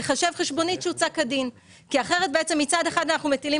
תיחשב חשבונית שהוצאה כדין כי אחרת מצד אחד אנחנו מטילים